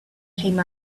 came